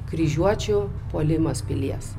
kryžiuočių puolimas pilies